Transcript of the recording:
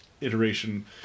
iteration